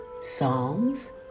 psalms